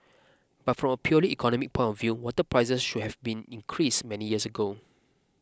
but from purely economic point of view water prices should have been increased many years ago